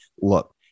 Look